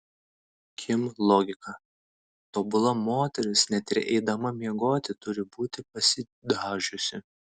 kim logika tobula moteris net ir eidama miegoti turi būti pasidažiusi